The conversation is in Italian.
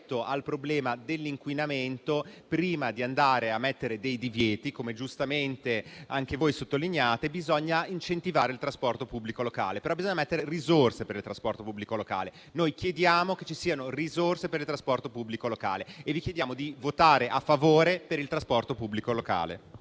al problema dell'inquinamento, prima di prevedere dei divieti - come giustamente anche voi sottolineate - bisogna incentivare il trasporto pubblico locale. Ma bisogna mettere risorse per il trasporto pubblico locale. Noi chiediamo che ci siano risorse per il trasporto pubblico locale e vi chiediamo di votare a favore del trasporto pubblico locale.